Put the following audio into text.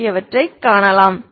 ஆகியவற்றைக் காணலாம்